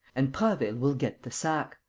and prasville will get the sack.